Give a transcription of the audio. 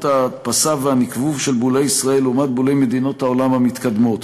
ההדפסה והנקבוב של בולי ישראל לעומת בולי מדינות העולם המתקדמות,